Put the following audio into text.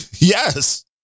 Yes